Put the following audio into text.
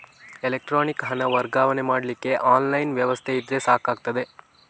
electronic ಹಣ ವರ್ಗಾವಣೆ ಮಾಡ್ಲಿಕ್ಕೆ ಆನ್ಲೈನ್ ವ್ಯವಸ್ಥೆ ಇದ್ರೆ ಸಾಕಾಗ್ತದೆ